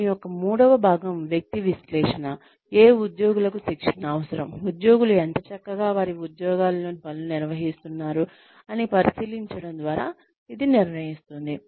దీని యొక్క మూడవ భాగం వ్యక్తి విశ్లేషణ ఏ ఉద్యోగులకు శిక్షణ అవసరం ఉద్యోగులు ఎంత చక్కగా వారి ఉద్యోగాలలోని పనులు నిర్వహిస్తున్నారు అని పరిశీలించడం ద్వారా ఇది నిర్ణయిస్తుంది